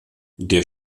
der